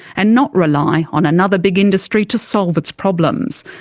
and not rely on another big industry to solve its problems.